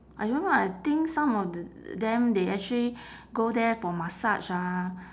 I don't know I think some of th~ them they actually go there for massage ah